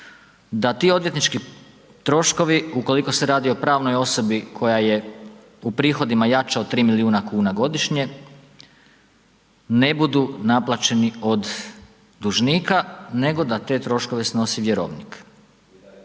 da ti odvjetnički troškovi ukoliko se radi o pravnoj osobi koja je u prihodima jača od 3 milijuna kuna godišnje ne budu naplaćeni od dužnika, nego da te troškove snosi vjerovnik.